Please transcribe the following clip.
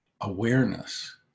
awareness